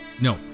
no